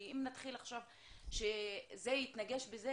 כי אם נתחיל עכשיו שזה התנגש בזה,